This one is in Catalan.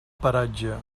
paratge